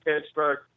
Pittsburgh